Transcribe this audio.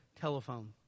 telephone